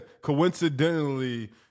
coincidentally